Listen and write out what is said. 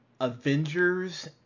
Avengers